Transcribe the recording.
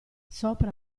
sopra